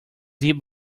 dip